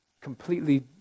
completely